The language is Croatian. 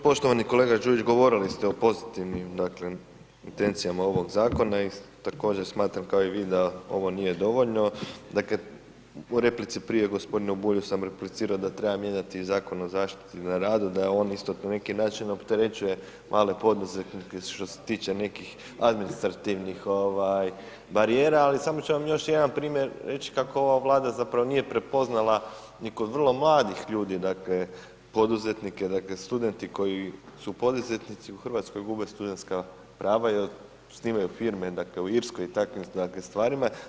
Poštovani kolega Đujić, govorili ste o posljednjim intencijama ovog zakona i također smatram kao i vi da ovo nije dovoljno, dakle, u replici prije sam gospodinu Bulju sam replicirao da treba mijenjati Zakon o zaštiti na radu, da je on isto na neki način opterećuje male poduzetnike, što se tiče nekih administrativnih barijera, ali samo ću vam još jedan primjer reći, kako ova vlada zapravo nije prepoznala ni kod vrlo mladih ljudi, dakle, poduzetnike, dakle studenti koji su poduzetnici u Hrvatskoj gube studenska prava i osnivaju firme dakle, u Irskoj i takvim stvarima.